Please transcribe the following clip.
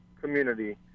community